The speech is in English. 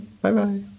Bye-bye